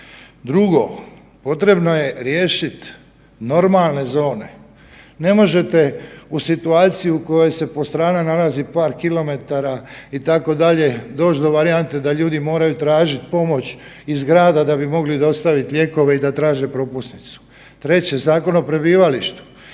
Drugo, potrebno je riješiti normalne zone. Ne možete u situaciju u kojoj se Postrana nalazi par kilometara itd. doći do varijante da ljudi moraju tražiti pomoć iz grada da bi mogli dostaviti lijekove i da traže propusnicu. Treće, Zakon o prebivalištu,